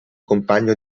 compagno